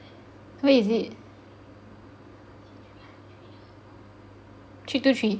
where is it three two three